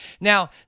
Now